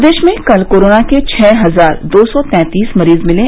प्रदेश में कल कोरोना के छः हजार दो सौ तैंतीस मरीज मिले